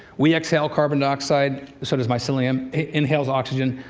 we exhale carbon dioxide, so does mycelium. it inhales oxygen,